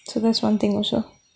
so that's one thing also